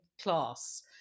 class